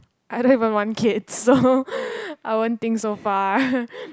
I don't even want kids so I won't think so far